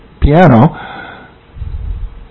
piano